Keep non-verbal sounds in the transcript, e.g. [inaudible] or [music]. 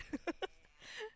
[laughs]